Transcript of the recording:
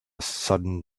sudden